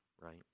right